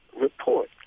report